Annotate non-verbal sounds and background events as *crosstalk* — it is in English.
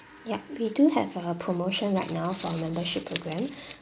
yup we do have a promotion right now for membership program *breath*